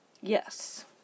Yes